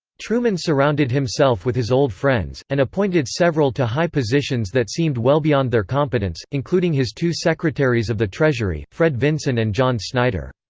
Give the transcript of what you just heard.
truman surrounded himself with his old friends, and appointed several to high positions that seemed well beyond their competence, including his two secretaries of the treasury, fred vinson and john snyder.